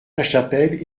lachapelle